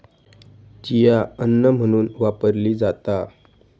chia अन्न म्हणून वापरली जाता